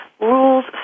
rules